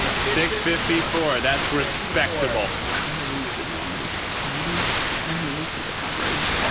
six fifty four, that's respectable. how long does it normally take? maybe ten minutes is average.